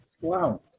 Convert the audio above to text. Wow